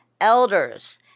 elders